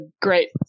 great